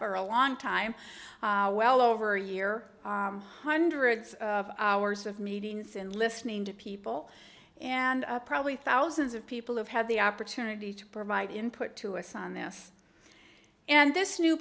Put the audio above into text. for a long time well over a year hundreds of hours of meetings and listening to people and probably thousands of people have had the opportunity to provide input to us on this and this new